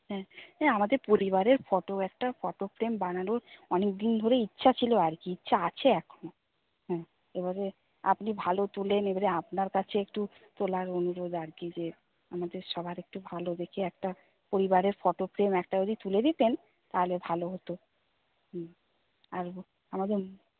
হ্যাঁ আমাদের পরিবারের ফটো একটা ফটো ফ্রেম বানানোর অনেকদিন ধরেই ইচ্ছা ছিল আর কি ইচ্ছা আছে এখনও হুম এবারে আপনি ভালো তোলেন এবারে আপনার কাছে একটু তোলার অনুরোধ আর কি যে আমাদের সবার একটু ভালো দেখে একটা পরিবারের ফটো ফ্রেম একটা যদি তুলে দিতেন তাহলে ভালো হতো হুম আর আমাদের